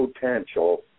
potential